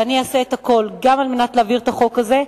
ואני אעשה את הכול על מנת להעביר את החוק הזה,